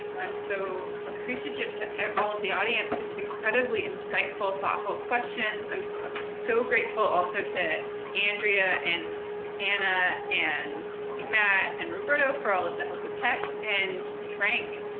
i'm so appreciative to all of the audience for these incredibly insightful, thoughtful questions. i'm so grateful also to andrea and anna, and matt and roberto for all of the help with tech. and frank,